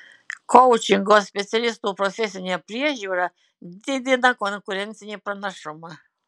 koučingo specialistų profesinė priežiūra didina konkurencinį pranašumą